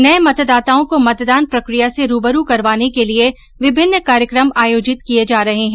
नये मतदाताओं को मतदान प्रक्रिया से रूबरू करवाने के लिये विभिन्न कार्यक्रम आयोजित किये जा रहे हैं